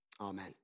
Amen